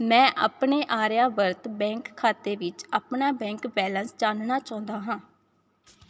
ਮੈਂ ਆਪਣੇ ਆਰਿਆਵਰਤ ਬੈਂਕ ਖਾਤੇ ਵਿੱਚ ਆਪਣਾ ਬੈਂਕ ਬੈਲੇਂਸ ਜਾਣਨਾ ਚਾਹੁੰਦਾ ਹਾਂ